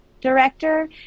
director